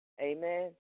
amen